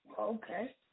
Okay